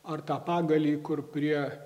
ar tą pagalį kur prie